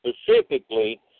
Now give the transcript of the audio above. specifically